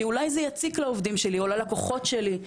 כי אולי זה יציק לעובדים שלי או ללקוחות שלי.